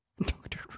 Doctor